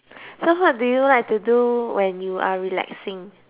so what do you like to do when you are relaxing